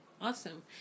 awesome